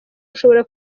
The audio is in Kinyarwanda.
ushobora